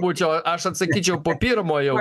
būčiau aš atsakyčiau po pirmo jau